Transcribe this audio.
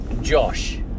Josh